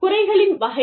குறைகளின் வகைகள்